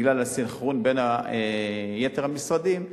בגלל הסנכרון עם יתר המשרדים,